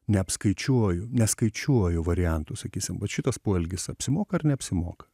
neapskaičiuoju neskaičiuoju variantų sakysim vat šitas poelgis apsimoka ar neapsimoka